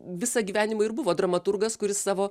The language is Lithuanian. visą gyvenimą ir buvo dramaturgas kuris savo